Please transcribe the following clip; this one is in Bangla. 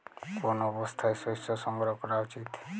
কোন অবস্থায় শস্য সংগ্রহ করা উচিৎ?